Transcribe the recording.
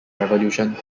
revolution